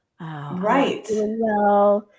Right